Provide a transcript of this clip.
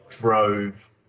drove